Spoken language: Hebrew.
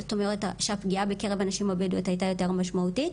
זאת אומרת שהפגיעה בקרב הנשים הבדואיות הייתה יותר משמעותית.